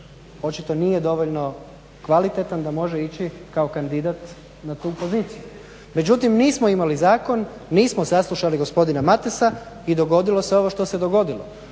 očito nije dovoljno kvalitetan da bi može ići kao kandidat na tu poziciju. Međutim nismo imali zakon, nismo saslušali gospodina Matasa i dogodili se ovo što se dogodilo.